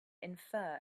infer